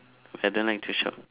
I don't like to shop